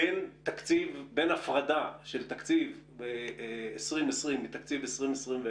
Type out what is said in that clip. בין הפרדה של תקציב 2020 מתקציב 2021,